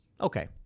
Okay